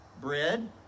bread